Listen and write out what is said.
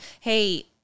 Hey